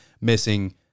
missing